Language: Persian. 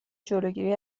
جلوگیری